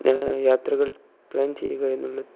യാത്രകൾ പ്ലാൻ ചെയ്യുക എന്നുള്ളത്